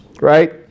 right